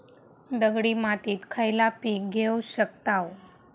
दगडी मातीत खयला पीक घेव शकताव?